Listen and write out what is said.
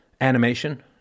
animation